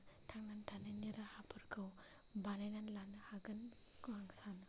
थांनानै थानायनि राहाफोरखौ बानायनानै लानो हागोनखौ आं सानो